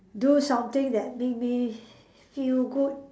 do something that make me feel good